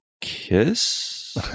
kiss